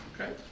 Okay